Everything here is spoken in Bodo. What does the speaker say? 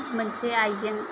मोनसे आइजें